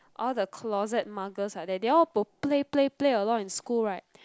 all the closet muggers are there they all will play play play a lot in school right